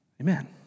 Amen